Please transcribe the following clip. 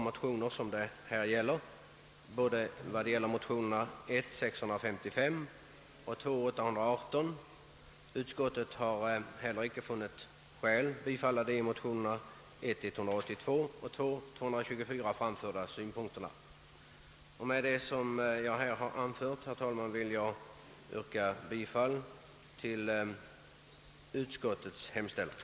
Utskottet avstyrker därför motionerna I:655 och II: 818. Utskottet har inte heller funnit skäl att tillstyrka motionerna 1:182 och II: 224, Med vad jag nu anfört vill jag, herr talman, yrka bifall till utskottets hemställan.